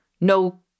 no